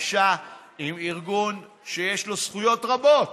חדשה עם ארגון שיש לו זכויות רבות,